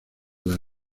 las